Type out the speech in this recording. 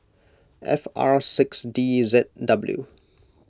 F R six D Z W